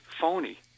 phony